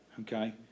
okay